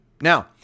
Now